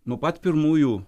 nuo pat pirmųjų